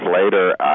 later